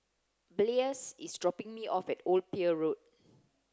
Blaise is dropping me off at Old Pier Road